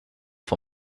for